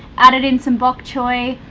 added in some bok choy,